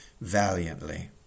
valiantly